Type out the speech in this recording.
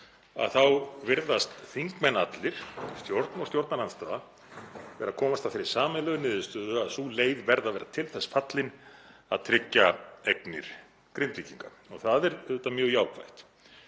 þá virðast þingmenn allir, stjórn og stjórnarandstaða, vera að komast að þeirri sameiginlegu niðurstöðu að sú leið verði að vera til þess fallin að tryggja eignir Grindvíkinga. Það er auðvitað mjög jákvætt.